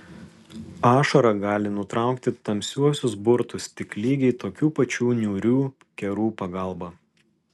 ašara gali nutraukti tamsiuosius burtus tik lygiai tokių pačių niūrių kerų pagalba